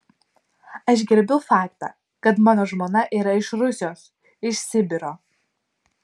aš gerbiu faktą kad mano žmona yra iš rusijos iš sibiro